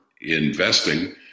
investing